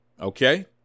Okay